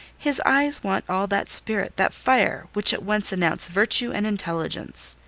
his eyes want all that spirit, that fire, which at once announce virtue and intelligence.